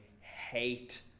hate